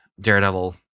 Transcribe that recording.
Daredevil